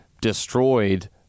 destroyed